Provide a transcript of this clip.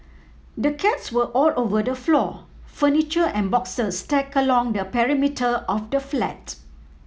the cats were all over the floor furniture and boxes stacked along the perimeter of the flat